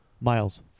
Miles